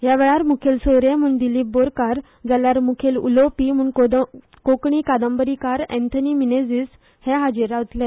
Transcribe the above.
ह्या वेळार मुखेल सोयरे म्हणून दिलीप बोरकार जाल्यार मुखेल उलोवपी म्हणून कोंकणी कादंबरीकार एंथनी मिनेझीस हाजीर रावतले